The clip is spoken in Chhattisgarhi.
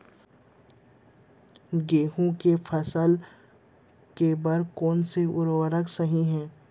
गेहूँ के फसल के बर कोन से उर्वरक सही है?